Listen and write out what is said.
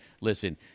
listen